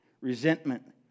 resentment